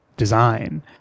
design